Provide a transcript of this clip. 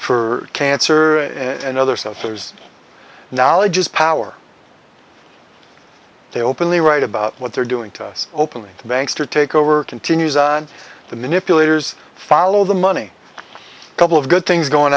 for cancer and other censors knowledge is power they openly write about what they're doing to us openly to banks to take over continues on the manipulators follow the money a couple of good things going